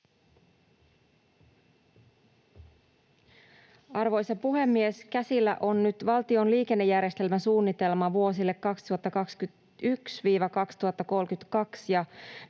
Arvoisa puhemies! Käsillä on nyt valtion liikennejärjestelmäsuunnitelma vuosille 2021–2032.